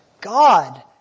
God